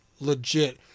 legit